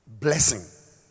blessing